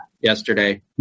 yesterday